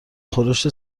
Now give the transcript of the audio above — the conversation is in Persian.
خورشت